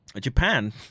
Japan